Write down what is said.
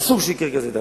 אסור שיקרה כזה דבר,